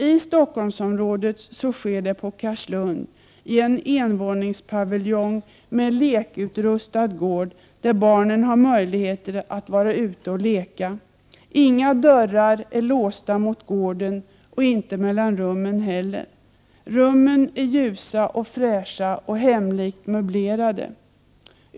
I Stockholmsområdet sker det på Carlslund i en envåningspaviljong med lekutrustad gård där barnen har möjlighet att vara ute och leka. Inga dörrar är låsta ut mot gården och inte mellan rummen heller. Rummen är ljusa och fräscha och hemlikt möblerade.